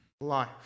life